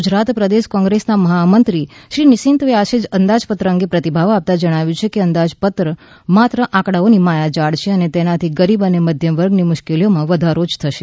ગુજરાત પ્રદેશ કોંગ્રેસના મહામંત્રી શ્રી નિશિત વ્યાસે અંદાજ પત્ર અંગે પ્રતિભાવ આપતા જણાવ્યું કે આ અંદાજ પત્ર માત્ર આંકડાઓની માયાજાળ છે અને તેનાથી ગરીબ અને મધ્યમ વર્ગની મુશ્કેલીઓમાં વધારો જ થશે